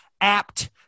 apt